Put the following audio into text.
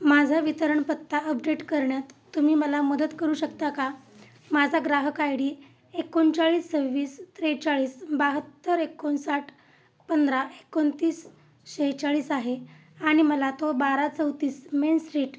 माझा वितरणपत्ता अपडेट करण्यात तुम्ही मला मदत करू शकता का माझा ग्राहक आय डी एकोणचाळीस सव्वीस त्रेचाळीस बाहत्तर एकोणसाठ पंधरा एकोणतीस सेहेचाळीस आहे आणि मला तो बारा चौतीस मेन स्ट्रीट